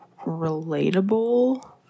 relatable